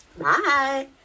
Bye